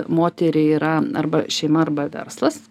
moteriai yra arba šeima arba verslas